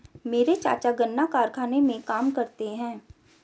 मेरे चाचा गन्ना कारखाने में काम करते हैं